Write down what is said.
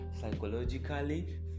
psychologically